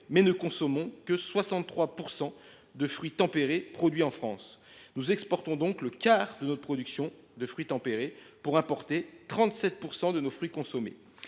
mais ne consommons que 63 % de fruits tempérés produits en France. Nous exportons donc le quart de notre production de fruits tempérés, pour importer 37 % de ceux que nous consommons.